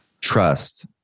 Trust